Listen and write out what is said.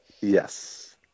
Yes